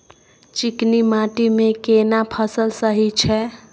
चिकनी माटी मे केना फसल सही छै?